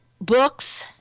books